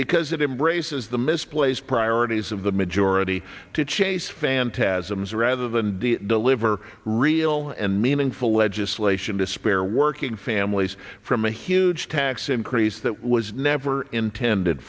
because it embraces the misplaced priorities of the majority to chase phantasms rather than deliver real and meaningful legislation to spare working families from a huge tax increase that was never intended